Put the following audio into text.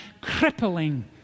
crippling